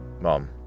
Mom